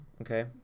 Okay